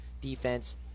Defense